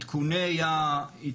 עדכוני --- לא,